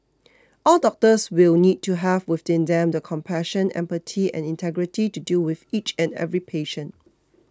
all doctors will need to have within them the compassion empathy and integrity to deal with each and every patient